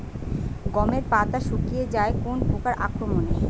গমের পাতা শুকিয়ে যায় কোন পোকার আক্রমনে?